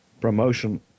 promotion